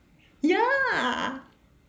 ya